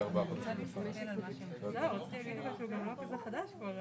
האחרון אלא חילקנו את זה לרבעונים.